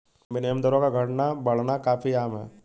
विनिमय दरों का घटना बढ़ना काफी आम है